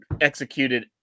executed